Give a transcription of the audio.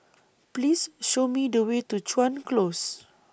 Please Show Me The Way to Chuan Close